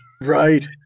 right